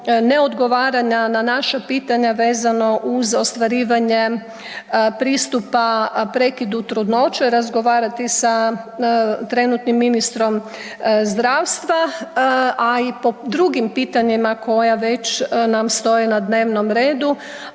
neodgovaranja na naša pitanja vezano uz ostvarivanje pristupa prekidu trudnoće razgovarati sa trenutnim ministrom zdravstva, a i po drugim pitanjima koja već nam stoje na dnevnom redu,